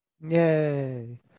yay